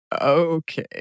Okay